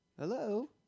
Hello